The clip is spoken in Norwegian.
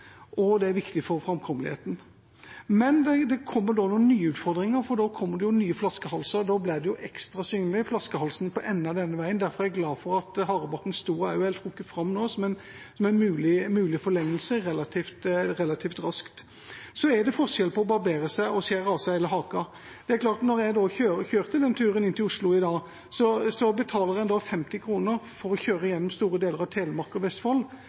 og det er viktig for framkommeligheten. Det kommer da noen nye utfordringer, for nå blir det nye flaskehalser. Da blir flaskehalsen på enden av denne veien ekstra synlig. Derfor er jeg glad for at Harebakken–Stoa er trukket fram nå som en mulig forlengelse relativt raskt. Så er det forskjell på å barbere seg og skjære av seg hele haka. Da jeg kjørte den turen inn til Oslo i dag, betalte jeg 50 kr for å kjøre gjennom store deler av Telemark og Vestfold.